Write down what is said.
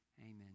amen